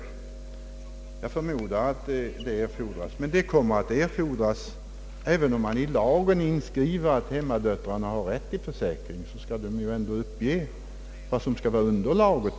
Jag förmodar att en sådan uppgift erfordras, men samma skyldighet föreligger även om det i lagen skrivs in att hemmadöttrar har rätt till för säkring. Underlaget för försäkringen måste under alla förhållanden uppges.